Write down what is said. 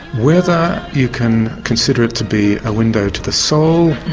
whether you can consider it to be a window to the soul,